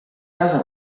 casa